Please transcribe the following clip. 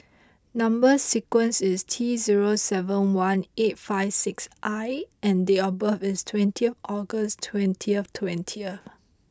number sequence is T zero seven one eight five six I and date of birth is twenty August twenty twenty